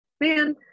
man